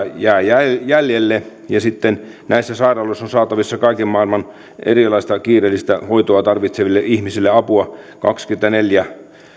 jää jäljelle ja sitten näissä sairaaloissa on saatavissa kaiken maailman erilaista kiireellistä hoitoa tarvitseville ihmisille apua kaksikymmentäneljä